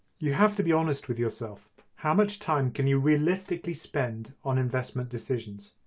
you have to be honest with yourself how much time can you realistically spend on investment decisions?